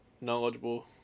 knowledgeable